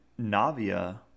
Navia